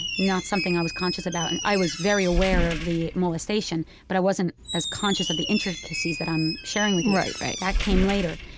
not something i was conscious about. and i was very aware of the molestation, but i wasn't as conscious of the intricacies that i'm sharing with you right. right that came later.